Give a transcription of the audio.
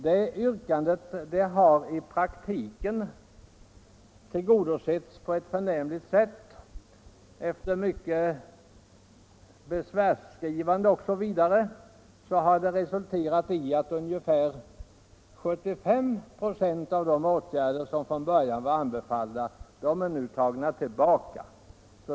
Detta yrkande har i praktiken tillgodosetts på ett förnämligt sätt. Mycket besvärsskrivande osv. har resulterat i att ungefär 75 96 av de från början tilltänkta åtgärderna nu inte kommer att genomföras.